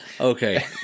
Okay